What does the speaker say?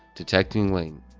detecting lane.